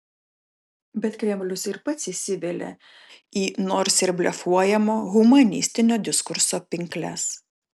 bet kremlius ir pats įsivelia į nors ir blefuojamo humanistinio diskurso pinkles